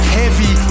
heavy